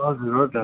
हजुर हो त